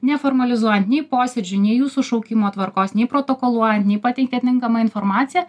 neformalizuojant nei posėdžių nei jūsų šaukimo tvarkos nei protokoluojant nei pateikiant tinkamą informaciją